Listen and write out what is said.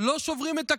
לא שוברים את הכלים.